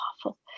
awful